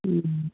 ம்